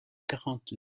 quarante